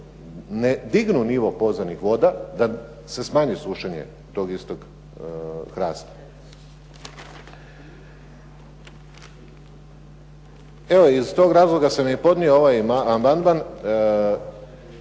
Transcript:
ne dignu nivo podzemnih voda, da se smanji sušenje tog istog hrasta. Evo iz tog razloga sam podnio ovaj amandman